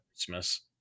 Christmas